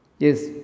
Yes